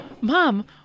mom